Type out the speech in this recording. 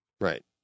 Right